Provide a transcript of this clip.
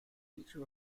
teacher